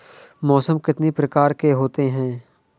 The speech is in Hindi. मौसम कितनी प्रकार के होते हैं?